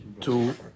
two